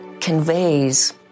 conveys